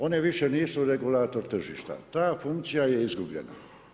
One više nisu regulator tržišta, ta funkcija je izgubljena.